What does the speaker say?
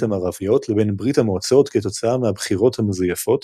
המערביות לבין ברית המועצות כתוצאה מהבחירות המזויפות